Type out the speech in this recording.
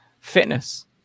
fitness